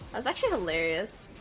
that's actually hilarious